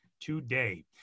today